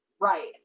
Right